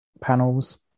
panels